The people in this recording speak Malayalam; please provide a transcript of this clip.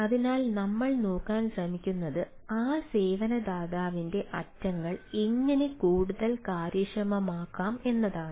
അതിനാൽ നമ്മൾ നോക്കാൻ ശ്രമിക്കുന്നത് ആ സേവന ദാതാവിന്റെ അറ്റങ്ങൾ എങ്ങനെ കൂടുതൽ കാര്യക്ഷമമാക്കാം എന്നതാണ്